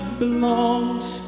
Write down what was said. belongs